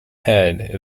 head